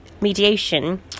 mediation